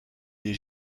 des